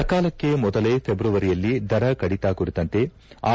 ಸಕಾಲಕ್ಷೆ ಮೊದಲೇ ಫೆಬ್ರವರಿಯಲ್ಲಿ ದರ ಕಡಿತ ಕುರಿತಂತೆ ಆರ್